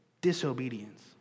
disobedience